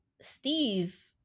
Steve